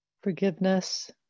forgiveness